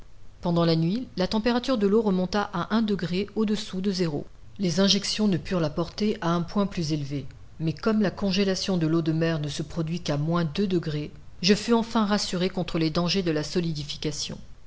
pendant la nuit la température de l'eau remonta a un degré au-dessous de zéro les injections ne purent la porter à un point plus élevé mais comme la congélation de l'eau de mer ne se produit qu'à moins deux degrés je fus enfin rassuré contre les dangers de la solidification